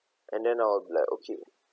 and then I'll be like okay